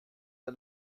der